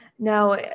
Now